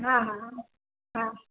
હા હા હા હા